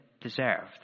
deserved